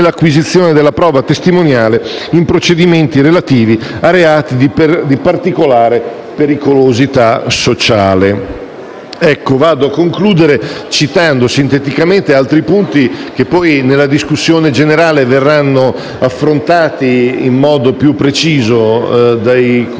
Mi avvio a concludere, citando sinteticamente altri punti che poi nella discussione generale verranno affrontati in modo più preciso dai colleghi